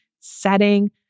setting